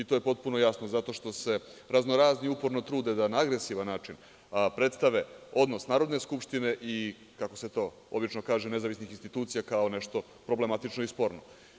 To je potpuno jasno, zato što se razno razni uporno trude da na agresivan način predstave odnos Narodne skupštine i nezavisnih institucija kao nešto problematično i sporno.